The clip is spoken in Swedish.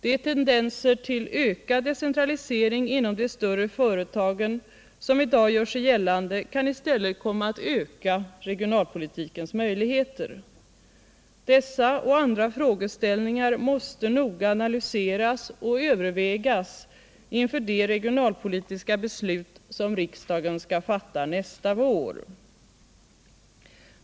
De tendenser till ökad decentralisering inom de större företagen som i dag gör sig gällande kan i stället komma att öka regionalpolitikens möjligheter. Dessa och andra frågeställningar måste noga analyseras och övervägas inför de regionalpolitiska beslut som riksdagen skall fatta nästa vår.